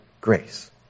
grace